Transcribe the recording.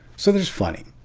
so there's funny.